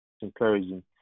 Encouraging